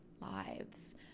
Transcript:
lives